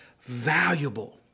valuable